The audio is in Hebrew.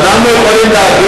לא, אנחנו יכולים להגיד